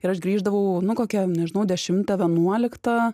ir aš grįždavau nu kokią nežinau dešimtą vienuoliktą